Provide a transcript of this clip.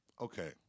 okay